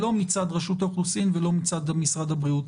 לא מצד רשות האוכלוסין ולא מצד משרד הבריאות.